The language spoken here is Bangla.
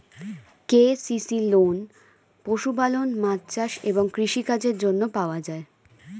কে.সি.সি লোন পশুপালন, মাছ চাষ এবং কৃষি কাজের জন্য পাওয়া যায়